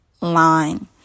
line